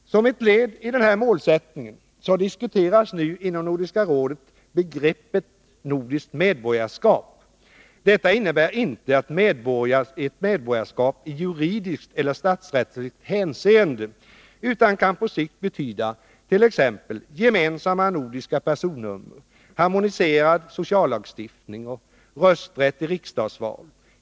Som ett led i denna målsättning diskuteras nu inom Nordiska rådet begreppet nordiskt ”medborgarskap”. Detta innebär inte ett medborgarskap i juridiskt och statsrättsligt hänseende utan kan på sikt betyda t.ex. gemensamma nordiska personnummer, harmoniserad sociallagstiftning och rösträtt i riksdagsval.